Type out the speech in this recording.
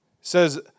says